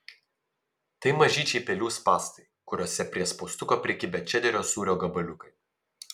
tai mažyčiai pelių spąstai kuriuose prie spaustuko prikibę čederio sūrio gabaliukai